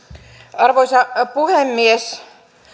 arvoisa puhemies